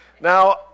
Now